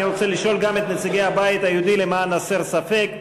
אני רוצה לשאול גם את נציגי הבית היהודי למען הסר ספק,